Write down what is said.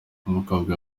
umukobwa